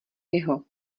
jeho